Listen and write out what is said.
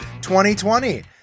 2020